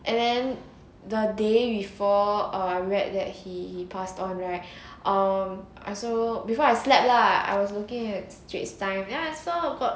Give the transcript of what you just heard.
and then the day before I read that he passed on right um I so before I slept lah I was looking at Straits Time then I saw got